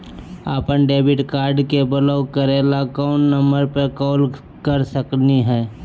अपन debit card के block करे ला कौन नंबर पे कॉल कर सकली हई?